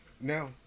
Now